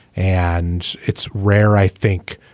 and it's rare, i think,